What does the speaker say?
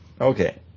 Okay